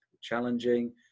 challenging